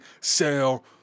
sell